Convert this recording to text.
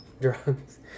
drugs